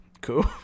Cool